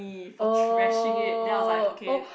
oh oh